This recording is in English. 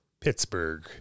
Pittsburgh